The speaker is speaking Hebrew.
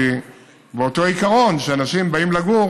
לפי אותו עיקרון שכשאנשים באים לגור